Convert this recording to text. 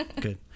good